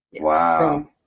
Wow